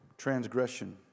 transgression